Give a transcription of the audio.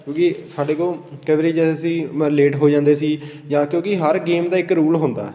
ਕਿਉਂਕਿ ਸਾਡੇ ਕੋਲ ਕਈ ਵਾਰੀ ਜਦੋਂ ਅਸੀਂ ਮ ਲੇਟ ਹੋ ਜਾਂਦੇ ਸੀ ਜਾਂ ਕਿਉਂਕਿ ਹਰ ਗੇਮ ਦਾ ਇੱਕ ਰੂਲ ਹੁੰਦਾ